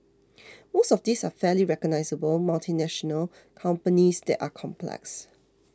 most of these are fairly recognisable multinational companies that are complex